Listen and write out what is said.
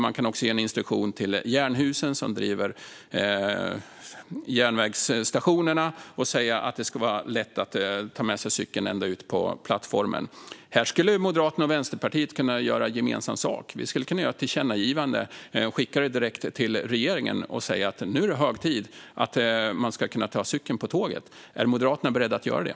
Man kan också ge en instruktion till Jernhusen, som driver järnvägsstationerna, så att det blir lätt att ta med sig cykeln ända ut till plattformen. Här skulle Moderaterna och Vänsterpartiet kunna göra gemensam sak. Vi skulle kunna göra ett tillkännagivande direkt till regeringen och säga att nu är det hög tid för att man ska kunna ta med cykeln på tåget. Är Moderaterna beredda att göra det?